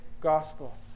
gospel